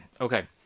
Okay